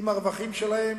עם הרווחים שלהן,